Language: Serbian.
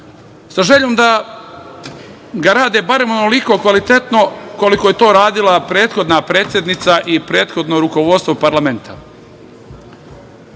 sa željom da ga rade barem onoliko kvalitetno koliko je to radila prethodna predsednica i prethodno rukovodstvo parlamenta. Suočavali